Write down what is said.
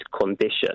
condition